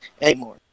anymore